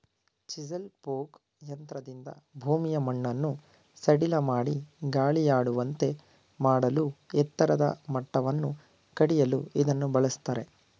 chisel plough ಯಂತ್ರದಿಂದ ಭೂಮಿಯ ಮಣ್ಣನ್ನು ಸಡಿಲಮಾಡಿ ಗಾಳಿಯಾಡುವಂತೆ ಮಾಡಲೂ ಎತ್ತರದ ಮಟ್ಟವನ್ನು ಕಡಿಯಲು ಇದನ್ನು ಬಳ್ಸತ್ತರೆ